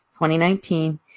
2019